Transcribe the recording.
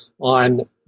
on